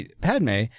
Padme